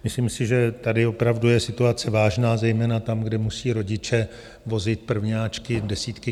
Myslím si, že tady opravdu je situace vážná, zejména tam, kde musí rodiče vozit prvňáčky desítky kilometrů.